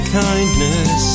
kindness